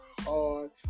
hard